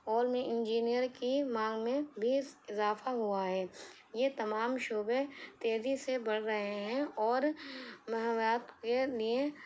اور میں انجینئر کی مانگ میں بھی اضافہ ہوا ہے یہ تمام شعبے تیزی سے بڑھ رہے ہیں اور کے لیے